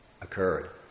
occurred